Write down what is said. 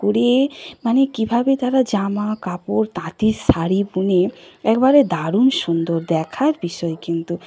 করে মানে কীভাবে তারা জামা কাপড় তাঁতের শাড়ি বুনে একবারে দারুণ সুন্দর দেখার বিষয় কিন্তু